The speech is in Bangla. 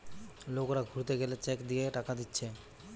লোকরা ঘুরতে গেলে চেক দিয়ে টাকা দিচ্ছে